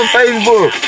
Facebook